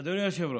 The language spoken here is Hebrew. אדוני היושב-ראש,